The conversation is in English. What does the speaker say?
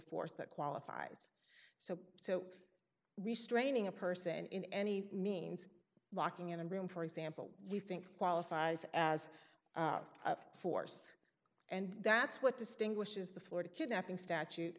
force that qualifies so so restraining a person in any means locking in a room for example you think qualifies as force and that's what distinguishes the florida